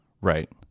Right